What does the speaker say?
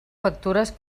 factures